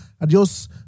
Adios